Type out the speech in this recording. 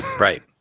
Right